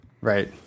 Right